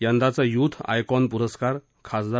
यंदाचा youth icon पुरस्कार खासदार